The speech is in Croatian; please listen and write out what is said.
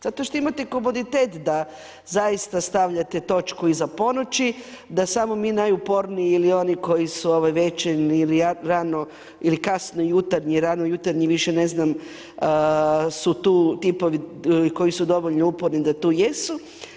Zato što imate komoditet da zaista stavljate točku iza ponoći, da samo mi najuporniji ili oni koji su ovu večer rano ili kasno jutarnji, više ne znam, su tu tipovi koji su dovoljno uporni da tu jesu.